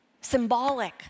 symbolic